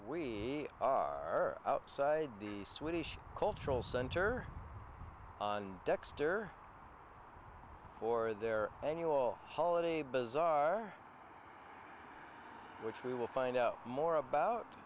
we are outside the swedish cultural center on dexter for their annual holiday bizarre which we will find out more about